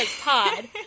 pod